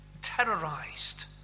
Terrorized